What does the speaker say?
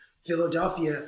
Philadelphia